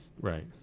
Right